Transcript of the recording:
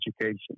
education